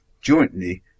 jointly